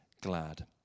glad